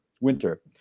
winter